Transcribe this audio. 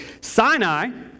Sinai